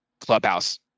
Clubhouse